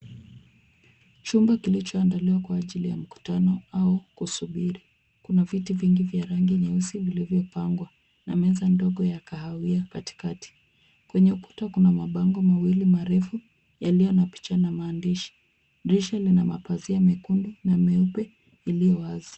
Chumba kilichoandaliwa kwa ajili ya mkutano au kusubiri. Kuna viti vingi vya rangi nyeusi vilivyopangwa na meza ndogo ya kahawia katikati. Kwenye ukuta kuna mabango mawili marefu yaliyo na picha na maandishi. Dirisha lina mapazia mekundu na meupe iliyo wazi.